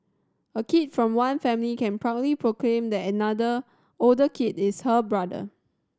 a kid from one family can proudly proclaim that another older kid is her brother